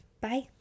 Bye